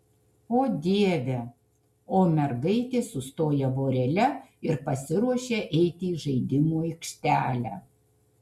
o dieve o mergaitės sustoja vorele ir pasiruošia eiti į žaidimų aikštelę